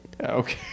Okay